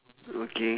okay